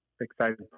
excited